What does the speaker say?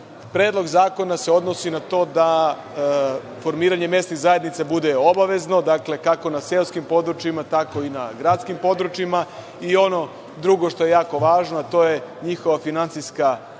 Predlog zakona se odnosi na to da formiranje mesnih zajednica bude obavezno, kako na seoskim područjima, tako i na gradskim područjima. Ono drugo što je jako važno je njihova finansijska